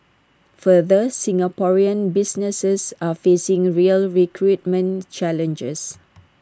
further Singaporean businesses are facing real recruitment challenges